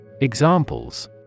Examples